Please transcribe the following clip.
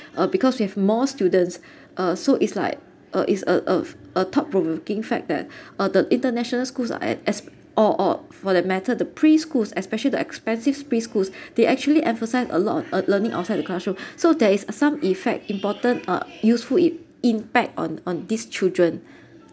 uh because we have more students uh so it's like uh it's uh uh a thought provoking fact that uh the international schools es~ es~ or or for that matter the preschools especially the expensive preschools they actually emphasise a lot on learning outside the classroom so there is uh some effect important uh useful ip~ impact on on these children